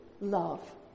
love